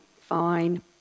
Fine